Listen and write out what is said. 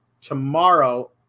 tomorrow